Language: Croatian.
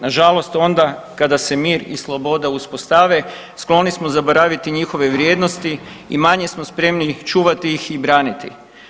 Nažalost onda kada se mir i sloboda uspostave skloni smo zaboraviti njihove vrijednosti i manje smo spremni čuvati ih i braniti.